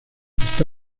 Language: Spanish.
está